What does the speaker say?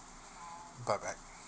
bye bye